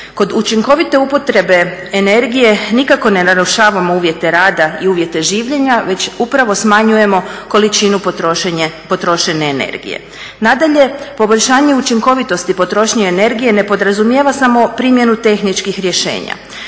Kod učinkovite upotrebe energije nikako ne narušavamo uvjete rada i uvjete življenja već upravo smanjujemo količinu potrošene energije. Nadalje, poboljšanje učinkovitosti potrošnje energije ne podrazumijeva samo primjenu tehničkih rješenja.